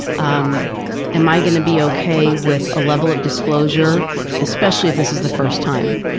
um am i going to be okay with a level of disclosure especially if this is the first time.